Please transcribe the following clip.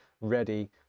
ready